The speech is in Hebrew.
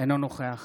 אינו נוכח